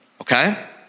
okay